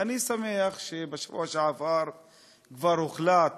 אני שמח שבשבוע שעבר כבר הוחלט